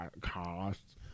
costs